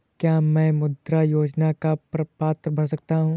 क्या मैं मुद्रा योजना का प्रपत्र भर सकता हूँ?